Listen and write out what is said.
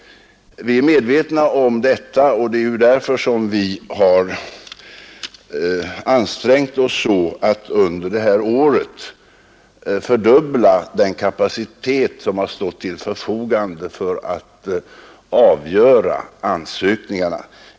Vi är medvetna om detta, och det är ju bl.a. därför som vi har ansträngt oss för att under detta är fördubbla den kapacitet som har stått till förfogande för att avgöra ansökningarna.